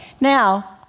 now